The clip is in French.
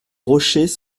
rochers